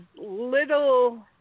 little